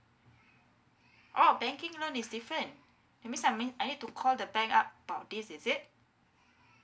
oh banking loan is different that means I mean I need to call the bank up bout this is it